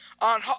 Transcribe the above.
on